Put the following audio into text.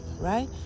right